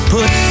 Put